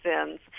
sins